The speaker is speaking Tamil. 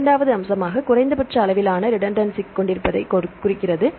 இரண்டாவது அம்சமாக குறைந்தபட்ச அளவிலான ரிடென்டன்சிக் கொண்டிருப்பதைக் குறிக்கிறது